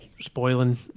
spoiling